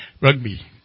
Rugby